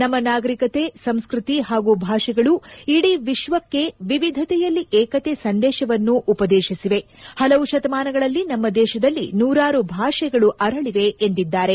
ನಮ್ಮ ನಾಗರಿಕತೆ ಸಂಸ್ಕೃತಿ ಹಾಗೂ ಭಾಷೆಗಳು ಇಡೀ ವಿಶ್ವಕ್ಕೆ ವಿವಿಧತೆಯಲ್ಲಿ ಏಕತೆ ಸಂದೇಶವನ್ನು ಉಪದೇಶಿಸಿವೆ ಪಲವು ಶತಮಾನಗಳಲ್ಲಿ ನಮ್ಮ ದೇಶದಲ್ಲಿ ನೂರಾರು ಭಾಷೆಗಳು ಅರಳಿವೆ ಎಂದಿದ್ದಾರೆ